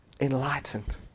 enlightened